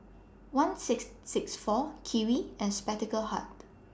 one six six four Kiwi and Spectacle Hut